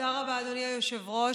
אדוני היושב-ראש.